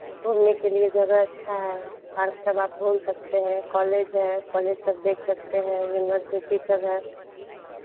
घूमने के लिए जगह अच्छा है पार्क सब आप घूम सकते हैं कॉलेज है कॉलेज सब देख सकते हैं युनिवर्सिटी सब है